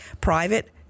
private